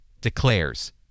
declares